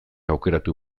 aukeratu